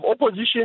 opposition